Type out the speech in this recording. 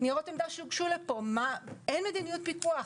בניירות עמדה שהוגשו לפה אין מדיניות פיקוח.